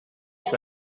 its